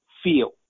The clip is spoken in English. feel